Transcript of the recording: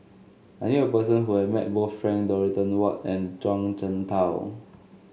I knew a person who have met both Frank Dorrington Ward and Zhuang Shengtao